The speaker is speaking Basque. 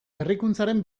berrikuntzaren